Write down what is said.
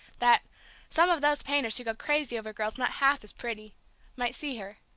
that some of those painters who go crazy over girls not half as pretty might see her.